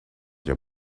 your